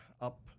up